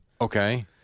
Okay